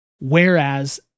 whereas